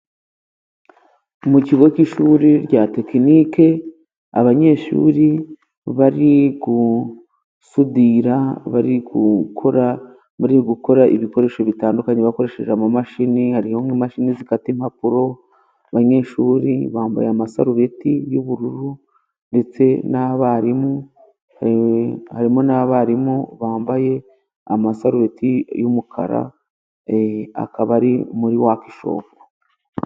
Mu kigo cy'ishuri rya tekinike abanyeshuri bari gusudira bari gukora bari gukora ibikoresho bitandukanye bakoresheje amamashini, hari nk'imashini zikata impapuro, abanyeshuri bambaye amasarubeti y'ubururu ndetse n'abarimu harimo n'abarimu bambaye amasarubeti y'umukara e akaba ari muri wakishopu.